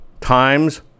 times